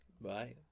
bye